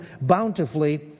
bountifully